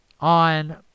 On